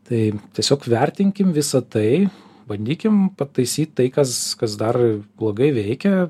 tai tiesiog vertinkim visa tai bandykim pataisyti tai kas kas dar blogai veikia